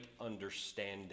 understanding